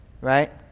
right